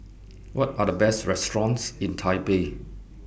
What Are The Best restaurants in Taipei